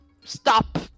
stop